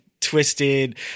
twisted